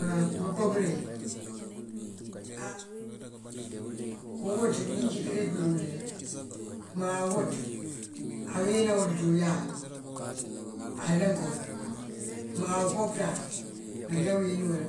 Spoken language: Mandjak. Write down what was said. Áa ngënko bëreŋ á uwëţ cíţëri pëlund. Má uwëţ manwína uwël tí uyá alënk wël. Má uko pëţaţ manjá wín wël